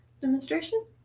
demonstration